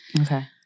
Okay